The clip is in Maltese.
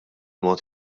mod